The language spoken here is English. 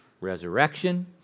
resurrection